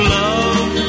love